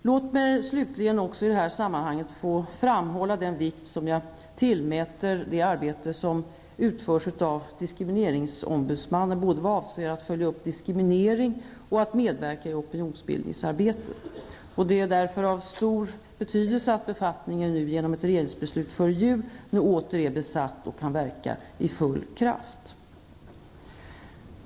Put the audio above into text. Låt mig slutligen också i det här sammanhanget få framhålla den vikt som jag tillmäter det arbete som utförs av diskrimineringsombudsmannen, både vad avser att följa upp diskriminering och att medverka i opinionsbildningsarbetet. Därför är det av stor betydelse att befattningen nu, genom ett regeringsbeslut före jul, åter är besatt och kan verka med full kraft.